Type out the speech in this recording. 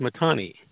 Matani